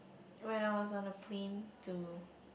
when I was on a plane to